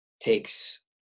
takes